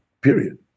period